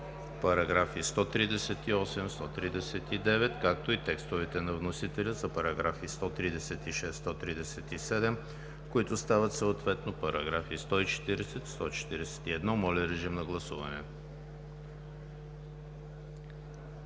параграфи 138 и 139; както и текстовете на вносителя за параграфи 136 и 137, които стават съответно параграфи 140 и 141. Гласували